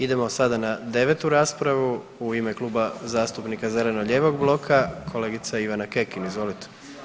Idemo sada na 9 raspravu u ime Kluba zastupnika Zeleno-lijevog bloka kolegica Ivana Kekin, izvolite.